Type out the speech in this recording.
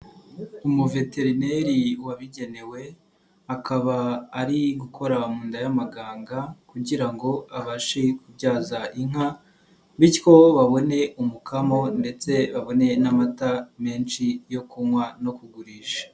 Umuveterineri wabigenewe akaba ari gukora mu nda y'amaganga kugira ngo abashe kubyaza inka bityo babone umukamo ndetse baboneye n'amata menshi yo kunywa no kugurisha.